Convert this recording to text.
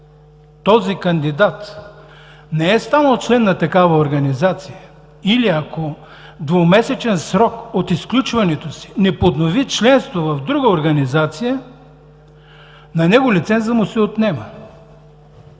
този кандидат не е станал член на такава организация, или ако в двумесечен срок от изключването си не поднови членството в друга организация, на него лицензът му се отнема.